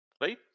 right